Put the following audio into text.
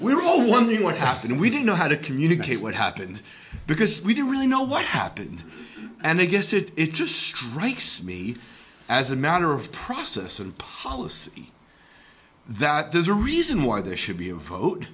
all wondering what happened we don't know how to communicate what happened because we don't really know what happened and i guess it it just strikes me as a matter of process and policy that there's a reason why there should be a vot